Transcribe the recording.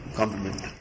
compliment